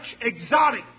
exotic